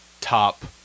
top